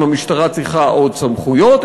אם המשטרה צריכה עוד סמכויות,